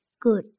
Good